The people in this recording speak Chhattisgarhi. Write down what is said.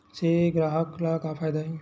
से ग्राहक ला का फ़ायदा हे?